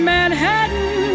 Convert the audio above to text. Manhattan